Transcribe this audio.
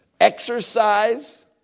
Exercise